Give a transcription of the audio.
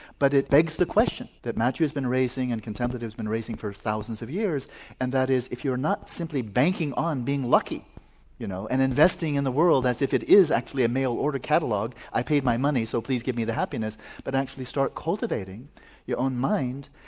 but it begs the question that matthieu has been raising and contemplatives have been raising for thousands of years and that is if you're not simply banking on being lucky you know and investing in the world as if it is actually a mail order catalogue i paid my money so please give me the happiness but actually start cultivating your own mind,